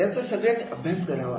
याचा सगळ्यांनी अभ्यास करावा